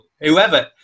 whoever